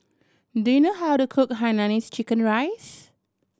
do you know how to cook hainanese chicken rice